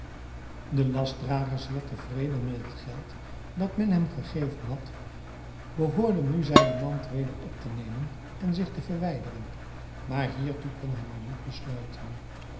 de lastdrager zeer tevreden met het geld dat men hem gegeven had behoorde nu zijne mand weder op te nemen en zich te verwijderen maar hiertoe kon hij maar niet besluiten